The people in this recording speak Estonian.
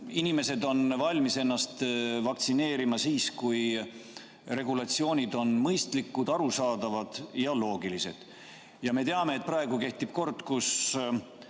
Inimesed on valmis ennast vaktsineerima siis, kui regulatsioonid on mõistlikud, arusaadavad ja loogilised. Me teame, et praegu kehtib kord, kus